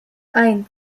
eins